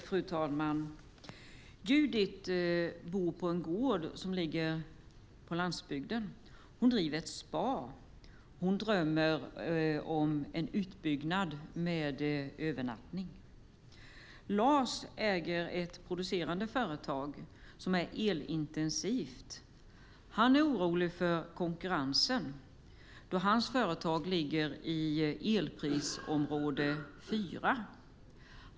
Fru talman! Judit bor på en gård på landsbygden. Hon driver ett spa. Hon drömmer om en utbyggnad med övernattning. Lars äger ett producerande företag som är elintensivt. Han är orolig för konkurrensen då hans företag ligger i elprisområde 4.